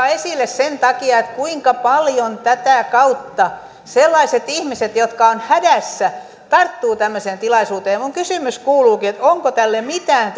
esille sen takia että kuinka paljon tätä kautta sellaiset ihmiset jotka ovat hädässä tarttuvat tämmöiseen tilaisuuteen minun kysymykseni kuuluukin onko tälle mitään